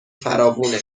فراوونه